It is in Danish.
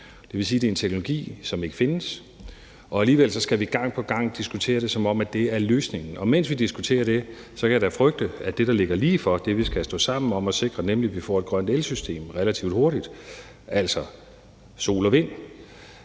det vil sige, det er en teknologi, som ikke findes, og alligevel skal vi gang på gang diskutere det, som om det er løsningen. Og mens vi diskuterer det, kan jeg da frygte, at vi ikke får samlet kræfterne om det, der ligger lige for, det, vi skal stå sammen om at sikre, nemlig at vi får et grønt elsystem relativt hurtigt, altså sol og vind.